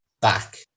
back